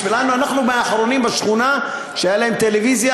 אנחנו מהאחרונים בשכונה שהייתה להם טלוויזיה,